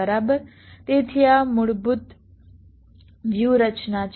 તેથી આ મૂળભૂત વ્યૂહરચના છે